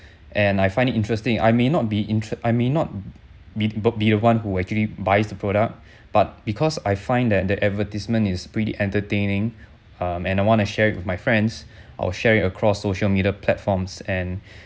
and I find it interesting I may not be inter~ I may not be be the one who actually buys the product but because I find that the advertisement is pretty entertaining um and I want to share it with my friends I will share it across social media platforms and